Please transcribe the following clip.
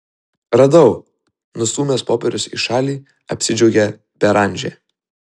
radau nustūmęs popierius į šalį apsidžiaugė beranžė